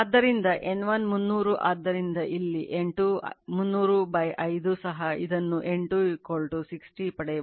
ಆದ್ದರಿಂದ N1 300 ಆದ್ದರಿಂದ ಇಲ್ಲಿ N2 3005 ಸಹ ಅದನ್ನು N2 60 ಪಡೆಯಬಹುದು